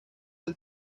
del